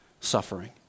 suffering